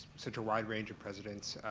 such a wide range of presidents,